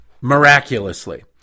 miraculously